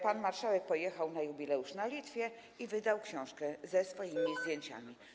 Pan marszałek pojechał na jubileusz na Litwie i wydał książkę ze swoimi zdjęciami.